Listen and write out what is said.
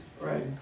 Right